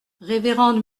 révérende